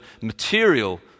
material